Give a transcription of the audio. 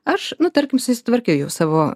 aš nu tarkim susitvarkiau jau savo